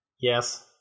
Yes